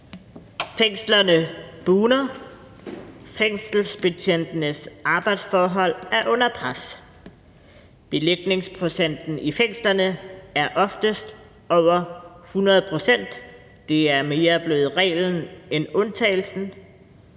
Fængslerne bugner, og fængselsbetjentenes arbejdsforhold er under pres. Belægningsprocenten i fængslerne er oftest over 100 pct., det er mere blevet reglen end undtagelsen,